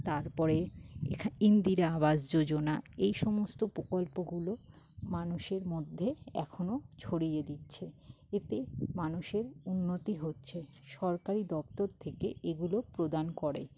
তারপরে ইন্দিরা আবাস যোজনা এই সমস্ত প্রকল্পগুলো মানুষের মধ্যে এখনো ছড়িয়ে দিচ্ছে এতে মানুষের উন্নতি হচ্ছে সরকারি দপ্তর থেকে এগুলো প্রদান করে